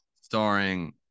starring